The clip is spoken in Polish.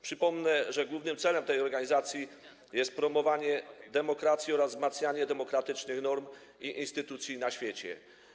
Przypomnę, że głównym celem tej organizacji jest promowanie demokracji oraz wzmacnianie demokratycznych norm i instytucji na świecie.